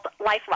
LifeLock